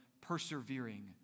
persevering